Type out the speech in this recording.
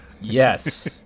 Yes